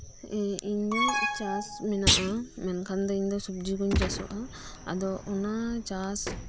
ᱤᱧᱟᱹᱜ ᱪᱟᱥ ᱢᱮᱱᱟᱜ ᱟ ᱢᱮᱱᱠᱷᱟᱱ ᱫᱚ ᱤᱧᱫᱚ ᱥᱚᱵᱡᱤ ᱠᱩᱧ ᱪᱟᱥᱚᱜ ᱟ ᱟᱫᱚ ᱚᱱᱟ ᱪᱟᱥ